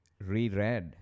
reread